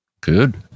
Good